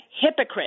hypocrite